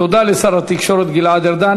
תודה לשר התקשורת גלעד ארדן.